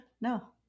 No